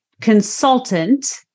consultant